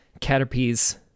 Caterpies